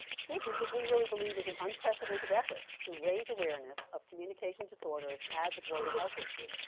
this, we really believe, is an unprecedented effort to raise awareness of communication disorders as a global health issue.